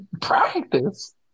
Practice